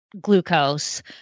Glucose